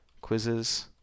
quizzes